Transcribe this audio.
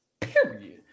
Period